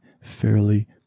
fairly